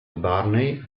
barney